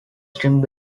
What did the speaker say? string